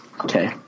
okay